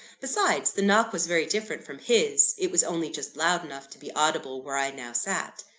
besides, the knock was very different from his it was only just loud enough to be audible where i now sat.